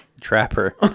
Trapper